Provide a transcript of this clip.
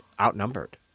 outnumbered